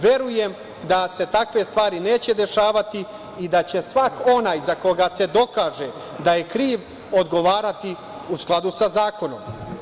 Verujem da se takve stvari neće dešavati i da će svako onaj za koga se dokaže da je kriv, odgovarati u skladu sa zakonom.